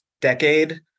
decade